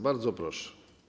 Bardzo proszę.